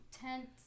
tent